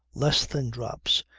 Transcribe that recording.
less than drops,